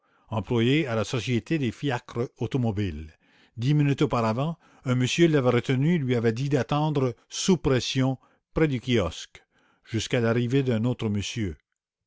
employé à la société des fiacres automobiles dix minutes auparavant un monsieur l'avait retenu et lui avait dit d'attendre sous pression prés du kiosque jusqu'à l'arrivée d'un autre monsieur